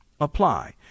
apply